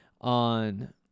on